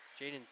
Jaden